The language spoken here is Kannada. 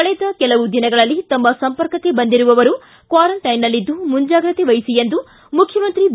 ಕಳೆದ ಕೆಲವು ದಿನಗಳಲ್ಲಿ ತಮ್ಮ ಸಂಪರ್ಕಕ್ಕೆ ಬಂದಿರುವವರು ಕ್ವಾರಂಟೈನ್ನಲ್ಲಿದ್ದು ಮುಂಜಾಗ್ರತೆ ವಹಿಸಿ ಎಂದು ಮುಖ್ಯಮಂತ್ರಿ ಬಿ